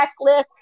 checklist